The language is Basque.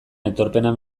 aitorpena